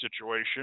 situation